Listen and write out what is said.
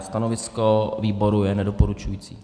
Stanovisko výboru je nedoporučující.